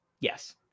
yes